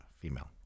female